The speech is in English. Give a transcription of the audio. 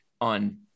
on